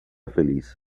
feliz